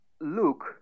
look